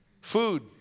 food